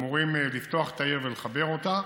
והם אמורים לפתוח את העיר ולחבר אותה.